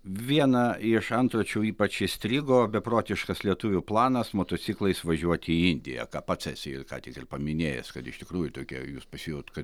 vieną iš antro čia jau ypač įstrigo beprotiškas lietuvių planas motociklais važiuoti į indiją ką pats esi ir ką tik ir paminėjęs kad iš tikrųjų tokie jūs pasijut kad